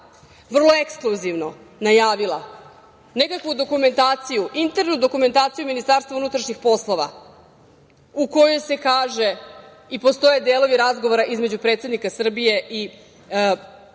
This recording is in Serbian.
vrlo ekskluzivno najavila nekakvu dokumentaciju, internu dokumentaciju Ministarstva unutrašnjih poslova u kojoj se kaže i postoje delovi razgovora između predsednika Srbije i